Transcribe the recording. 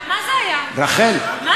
כמה